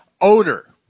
Owner